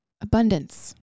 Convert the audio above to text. Abundance